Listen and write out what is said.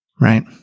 right